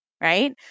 right